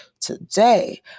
Today